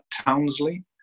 Townsley